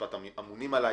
המשפט אמונים עליי